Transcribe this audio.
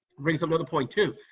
brings up another point too.